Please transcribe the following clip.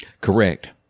Correct